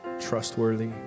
trustworthy